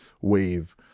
wave